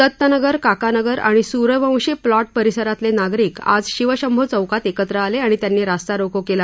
दत्तनगर काकानगर आणि सूर्यवंशी प्लॉट परिसरातले नागरिक आज शिवशंभो चौकात एकत्र आले आणि त्यांनी रास्ता रोको केला